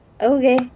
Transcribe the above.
Okay